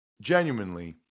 genuinely